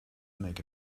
make